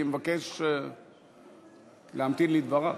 אני מבקש להמתין לדבריו.